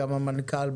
גם המנכ"ל,